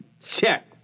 check